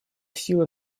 силы